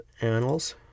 Annals